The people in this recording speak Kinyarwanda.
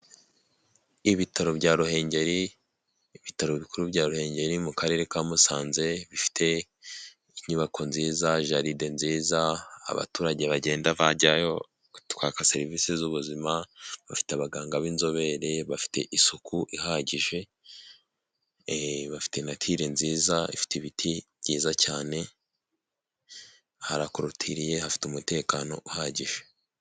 Ibitaro bya Ruhengeri, ibitaro bikuru bya Ruhengeri mu karere ka Musanze bifite inyubako nziza, jalide nziza abaturage bagenda bajyayo kwaka serivisi z'ubuzima, bafite abaganga b'inzobere bafite isuku ihagije, bafite natire nziza ifite ibiti byiza cyane, harakorutiriye hafite umutekano uhagije.